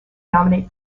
nominate